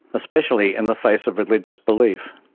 especially in the face of religious belief.